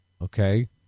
Okay